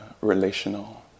relational